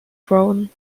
brown